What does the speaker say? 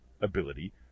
ability